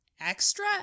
extra